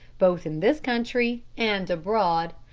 both in this country and abroad,